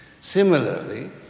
Similarly